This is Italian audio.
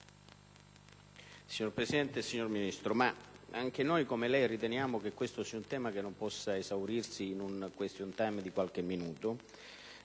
Signor Presidente, signor Ministro, anche noi, come lei, riteniamo che questo sia un tema che non possa esaurirsi in un *question time* di qualche minuto.